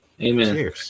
Amen